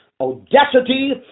audacity